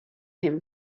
him